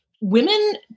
women